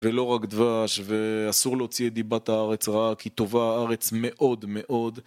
ולא רק דבש, ואסור להוציא את דיבת הארץ רע, כי טובה הארץ מאוד מאוד